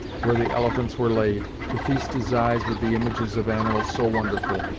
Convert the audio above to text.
where the elephants were laid, to feast his eyes with the images of animals so wonderful,